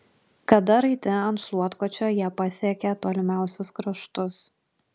kada raiti ant šluotkočio jie pasiekią tolimiausius kraštus